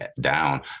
down